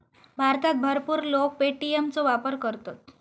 भारतात भरपूर लोक पे.टी.एम चो वापर करतत